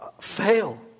fail